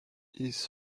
his